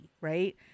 right